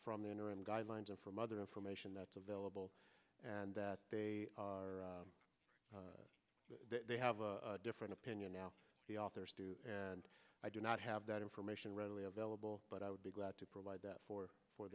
from the interim guidelines and from other information that's available and they are they have a different opinion now the authors do and i do not have that information readily available but i would be glad to provide that for for